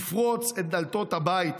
לפרוץ את דלתות הבית.